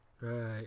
Right